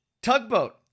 tugboat